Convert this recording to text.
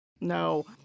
no